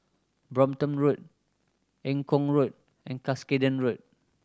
Brompton Road Eng Kong Road and Cuscaden Road